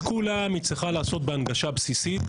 את כולם היא צריכה לעשות בהנגשה בסיסית.